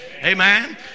Amen